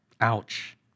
Ouch